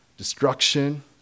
Destruction